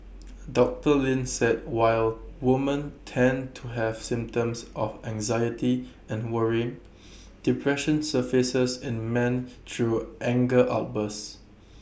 doctor Lin said while woman tend to have symptoms of anxiety and worrying depression surfaces in men through anger outbursts